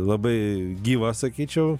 labai gyva sakyčiau